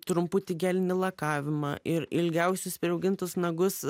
trumputį gelinį lakavimą ir ilgiausius priaugintus nagus